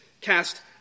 cast